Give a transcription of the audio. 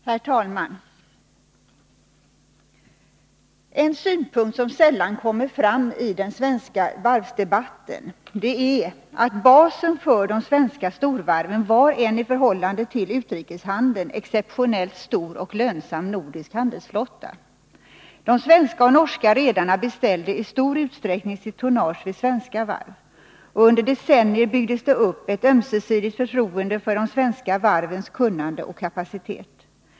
Herr talman! En synpunkt som sällan kommer fram i den svenska varvsdebatten är att basen för de svenska storvarven var en i förhållande till utrikeshandeln exceptionellt stor och lönsam nordisk handelsflotta. De svenska och norska redarna beställde i stor utsträckning sitt tonnage vid svenska varv. Under decennier byggdes det upp ett förtroende för de svenska varvens kunnande och kapacitet.